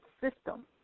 system